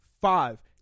Five